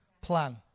plan